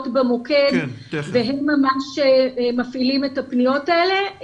במוקד והם מפעילים את הפניות האלה.